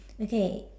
okay